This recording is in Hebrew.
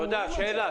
תודה.